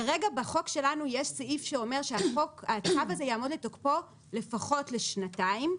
כרגע בחוק שלנו יש סעיף שאומר שהצו הזה יעמוד בתוקפו לפחות לשנתיים,